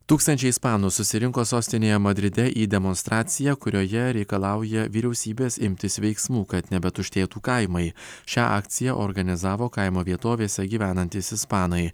tūkstančiai ispanų susirinko sostinėje madride į demonstraciją kurioje reikalauja vyriausybės imtis veiksmų kad nebetuštėtų kaimai šią akciją organizavo kaimo vietovėse gyvenantys ispanai